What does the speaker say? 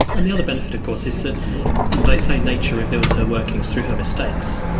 and the other benefit of course is that they say nature reveals her workings through her mistakes,